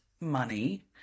money